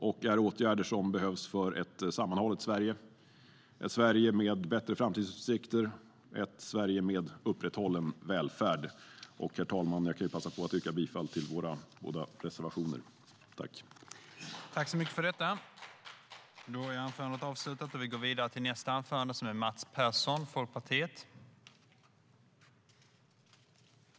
Det är åtgärder som behövs för ett sammanhållet Sverige, ett Sverige med bättre framtidsutsikter, ett Sverige med upprätthållen välfärd.